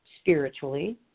spiritually